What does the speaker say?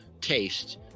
taste